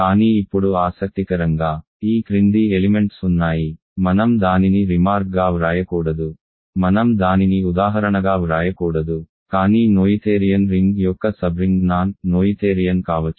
కానీ ఇప్పుడు ఆసక్తికరంగా ఈ క్రింది ఎలిమెంట్స్ ఉన్నాయి మనం దానిని రిమార్క్గా వ్రాయకూడదు మనం దానిని ఉదాహరణగా వ్రాయకూడదు కానీ నోయిథేరియన్ రింగ్ యొక్క సబ్రింగ్ నాన్ నోయిథేరియన్ కావచ్చు